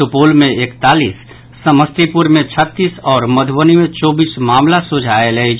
सुपौल मे एकतालीस समस्तीपुर मे छत्तीस आओर मधुबनी मे चौबीस मामिला सोझा आयल अछि